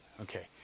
Okay